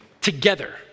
together